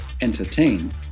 entertain